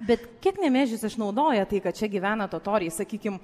bet kiek nemėžis išnaudoja tai kad čia gyvena totoriai sakykim